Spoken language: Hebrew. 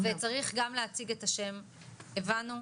הבנו.